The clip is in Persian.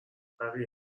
بقیه